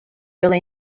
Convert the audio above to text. really